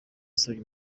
yasabye